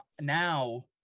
now